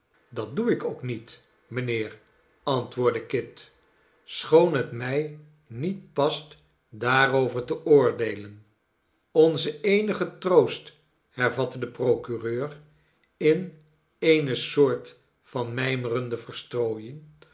dat doe ik ook niet mijnheer antwoordde kit schoon het mij niet past daarover te oordeelen onze eenige troost hervatte de procureur in eene soort van mijmerende